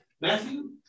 Matthew